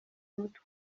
mutwe